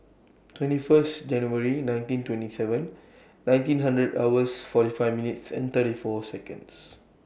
twenty First January nineteen twenty seven nineteen hundred hours forty five minutes and thirty four Seconds